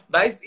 Mas